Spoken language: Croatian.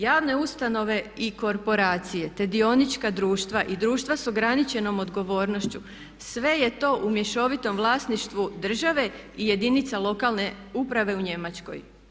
Javne ustanove i korporacije, te dionička društva i društva s ograničenom odgovornošću sve je to u mješovitom vlasništvu države i jedinica lokalne uprave u Njemačkoj.